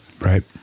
Right